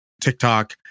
tiktok